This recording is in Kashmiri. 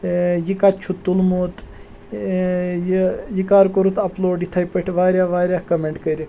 ٲں یہِ کَتہِ چھُتھ تُلمُت ٲں یہِ کر کوٚرُتھ اَپلوٗڈ یِتھے پٲٹھۍ واریاہ واریاہ کوٚمیٚنٛٹ کٔرِکھ